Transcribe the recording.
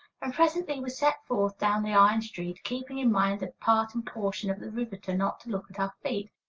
and presently we set forth down the iron street, keeping in mind a parting caution of the riveter not to look at our feet,